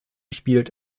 spielt